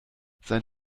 sein